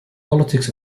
politics